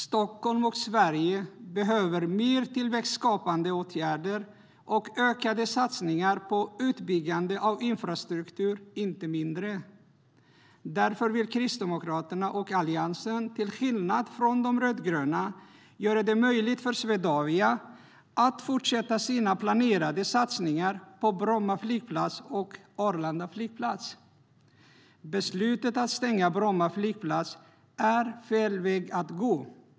Stockholm och Sverige behöver mer tillväxtskapande åtgärder och ökade satsningar på utbyggnaden av infrastruktur - inte mindre. Därför vill Kristdemokraterna och Alliansen, till skillnad från de rödgröna, göra det möjligt för Swedavia att fortsätta sina planerade satsningar på Bromma flygplats och Arlanda flygplats. Beslutet att stänga Bromma flygplats är fel väg att gå.